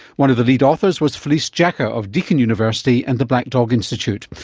one of the lead authors was felice jacka of deakin university and the black dog institute.